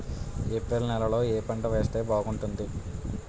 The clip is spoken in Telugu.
ఏప్రిల్ నెలలో ఏ పంట వేస్తే బాగుంటుంది?